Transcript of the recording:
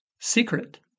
secret